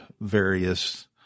various